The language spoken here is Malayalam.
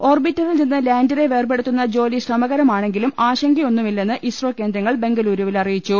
ഒർബിറ്ററിൽ നിന്ന് ലാന്റെ വേർപെടുത്തുന്ന ജോലി ശ്രമകരമാണെങ്കിലും ആശങ്ക യൊന്നുമില്ലെന്ന് ഇസ്രോ കേന്ദ്രങ്ങൾ ബെങ്കലൂരുവിൽ അറിയിച്ചു